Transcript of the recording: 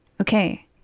Okay